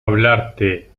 hablarte